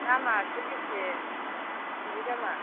दामआसो बेसे बेनि दामआ